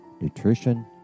nutrition